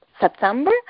September